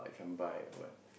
if I'm bi or what